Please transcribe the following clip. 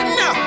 no